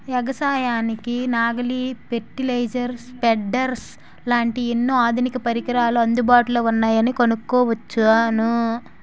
ఎగసాయానికి నాగలి, పెర్టిలైజర్, స్పెడ్డర్స్ లాంటి ఎన్నో ఆధునిక పరికరాలు అందుబాటులో ఉన్నాయని కొనుక్కొచ్చాను